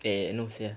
cannot sia